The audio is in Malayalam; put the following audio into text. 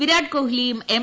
വിരാട് കോഹ്ലിയും എം